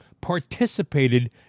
participated